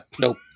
nope